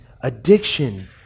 addiction